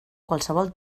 qualsevol